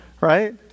Right